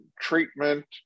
treatment